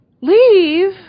Leave